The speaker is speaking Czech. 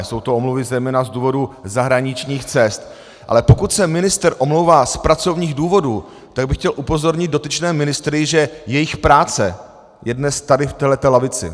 Jsou to omluvy zejména z důvodu zahraničních cest, ale pokud se ministr omlouvá z pracovních důvodů, tak bych chtěl upozornit dotyčné ministry, že jejich práce je dnes tady v této lavici.